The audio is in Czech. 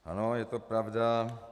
Ano, je to pravda.